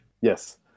Yes